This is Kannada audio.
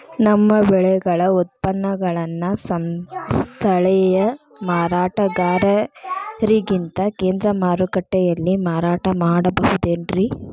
ನಮ್ಮ ಬೆಳೆಗಳ ಉತ್ಪನ್ನಗಳನ್ನ ಸ್ಥಳೇಯ ಮಾರಾಟಗಾರರಿಗಿಂತ ಕೇಂದ್ರ ಮಾರುಕಟ್ಟೆಯಲ್ಲಿ ಮಾರಾಟ ಮಾಡಬಹುದೇನ್ರಿ?